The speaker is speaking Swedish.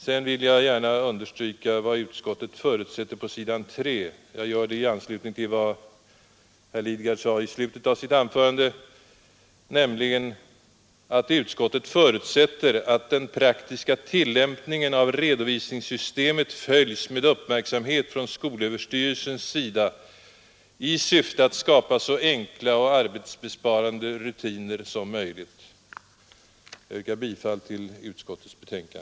Sedan vill jag gärna understryka vad utskottet förutsätter på s.3 i sitt betänkande — jag gör det i anslutning till vad herr Lidgard sade i slutet av sitt anförande — nämligen ”att den praktiska tillämpningen av redovisningssystemet följs med all uppmärksamhet från skolöverstyrelsens sida i syfte att skapa så enkla och arbetsbesparande rutiner som möjligt”. Jag yrkar bifall till utskottets hemställan.